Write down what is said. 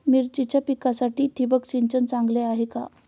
मिरचीच्या पिकासाठी ठिबक सिंचन चांगले आहे का?